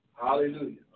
Hallelujah